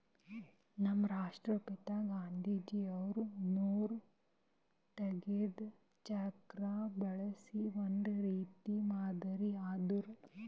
ನಮ್ ರಾಷ್ಟ್ರಪಿತಾ ಗಾಂಧೀಜಿ ಅವ್ರು ನೂಲ್ ತೆಗೆದಕ್ ಚಕ್ರಾ ಬಳಸಿ ಒಂದ್ ರೀತಿ ಮಾದರಿ ಆಗಿದ್ರು